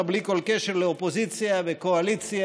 בלי כל קשר לאופוזיציה וקואליציה,